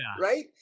right